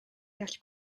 gall